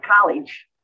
college